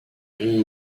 rit